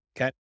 Okay